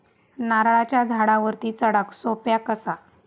नारळाच्या झाडावरती चडाक सोप्या कसा?